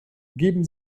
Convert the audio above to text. geben